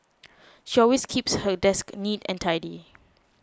she always keeps her desk neat and tidy